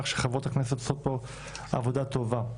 שחברות הכנסת מצליחות לעשות פה עבודה טובה.